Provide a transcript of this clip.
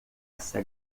essa